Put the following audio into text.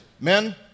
Men